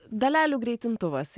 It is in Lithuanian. dalelių greitintuvas